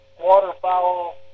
waterfowl